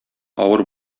авыр